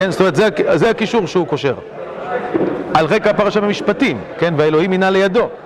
זאת אומרת, זה הקישור שהוא קושר על רקע פרשת המשפטים והאלוהים יינה לידו